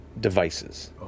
devices